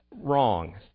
wrong